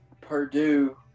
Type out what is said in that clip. Purdue